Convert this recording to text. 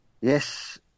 Yes